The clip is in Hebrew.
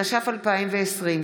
התש"ף 2020,